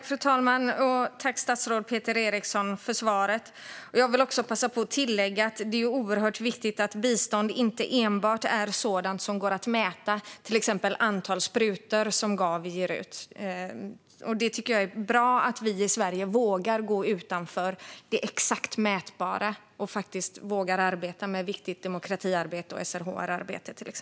Fru talman! Jag tackar statsrådet Peter Eriksson för svaret. Jag vill passa på att tillägga att det är oerhört viktigt att bistånd inte enbart är sådant som går att mäta, till exempel antal sprutor som Gavi ger. Jag tycker att det är bra att vi i Sverige vågar gå utanför det exakt mätbara och faktiskt vågar arbeta med till exempel viktigt demokratiarbete och SRHR-arbete.